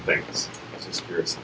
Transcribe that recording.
thing spirits